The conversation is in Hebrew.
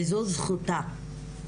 וזו זכותה.